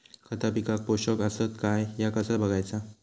खता पिकाक पोषक आसत काय ह्या कसा बगायचा?